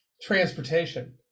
transportation